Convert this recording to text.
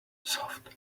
soft